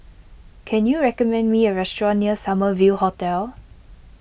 can you recommend me a restaurant near Summer View Hotel